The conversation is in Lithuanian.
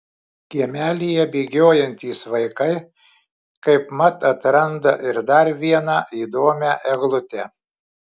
kiemelyje bėgiojantys vaikai kaip mat atranda ir dar vieną įdomią eglutę